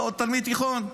אתה עוד תלמיד תיכון.